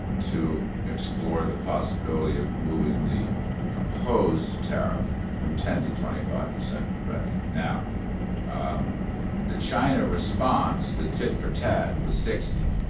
to explore the possibility of moving the proposed tariff from ten to twenty five percent right now um the china response, the tit-for-tat was sixty,